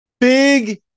Big